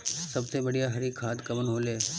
सबसे बढ़िया हरी खाद कवन होले?